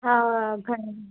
હા ઘણી